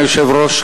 אדוני היושב-ראש,